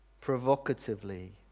provocatively